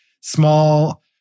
small